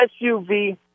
SUV